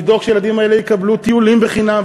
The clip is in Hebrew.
לדאוג שהילדים האלה יקבלו טיולים בחינם,